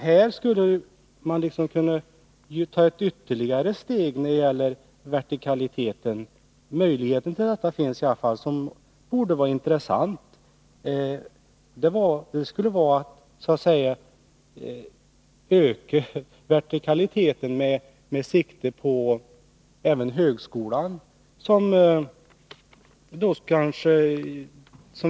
Här skulle man kunna ta ytterligare ett steg när det gäller vertikaliteten. Möjligheten till detta finns i alla fall, vilket borde vara intressant. Det skulle vara att öka vertikaliteten med sikte på även högskolan.